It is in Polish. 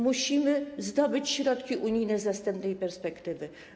Musimy zdobyć środki unijne z następnej perspektywy.